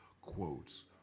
quotes